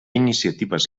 iniciatives